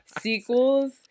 sequels